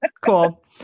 Cool